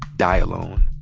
die alone.